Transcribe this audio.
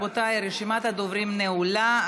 רבותיי, רשימת הדוברים נעולה.